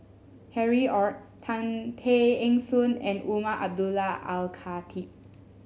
Harry Ord Tay Eng Soon and Umar Abdullah Al Khatib